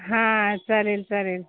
हां चालेल चालेल